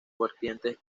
vertientes